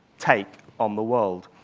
take on the world.